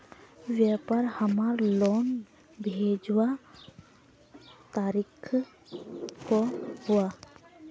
व्यापार हमार लोन भेजुआ तारीख को हुआ?